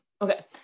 Okay